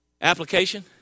Application